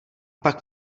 pak